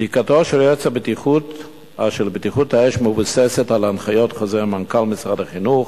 בדיקתו של יועץ בטיחות האש מבוססת על הנחיות חוזר מנכ"ל משרד החינוך,